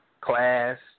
class